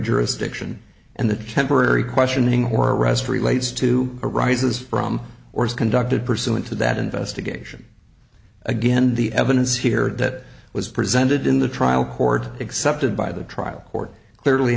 jurisdiction and the temporary questioning or arrest relates to arises from or is conducted pursuant to that investigation again the evidence here that was presented in the trial court accepted by the trial court clearly